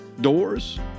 doors